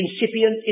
incipient